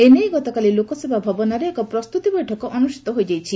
ଏ ନେଇ ଗତକାଲି ଲୋକସେବା ଭବନରେ ଏକ ପ୍ରସ୍ତୁତି ବୈଠକ ଅନୁଷ୍ବିତ ହୋଇଯାଇଛି